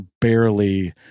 barely